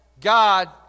God